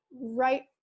right